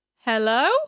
Hello